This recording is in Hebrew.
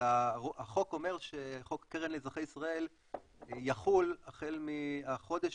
אלא החוק אומר שחוק קרן לאזרחי ישראל יחול החל מהחודש